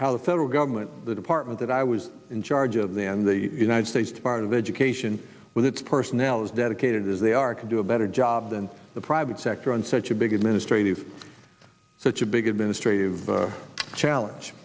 how the federal government the department that i was in charge of then the united states part of education with its personnel as dedicated as they are can do a better job than the private sector on such a big administrative such a big administrative challenge